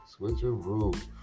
Switcheroo